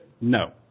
No